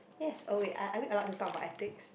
yes oh wait are are we allowed to talk about ethics